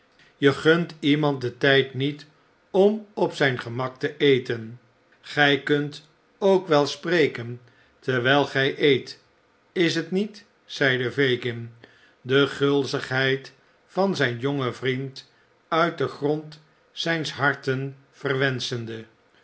je gunt iemand den tijd niet om op zijn gemak te eten gij kunt ook wel spreken terwijl gij eet is t niet zeide fagin de gulzigheid van zijn jongen vriend uit den grond zijns harten